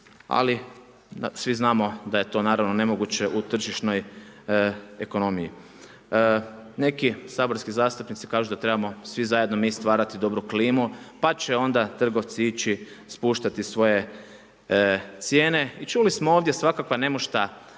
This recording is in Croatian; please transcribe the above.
ali svi znamo da je to naravno nemoguće u tržišnoj ekonomiji. Neki saborski zastupnici kažu da trebamo svi zajedno mi stvarati dobru klimu, pa će onda trgovci ići spuštati svoje cijene i čuli smo ovdje svakakva nemušta